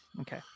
okay